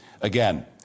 again